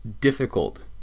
Difficult